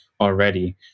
already